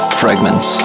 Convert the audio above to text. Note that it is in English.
Fragments